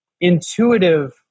intuitive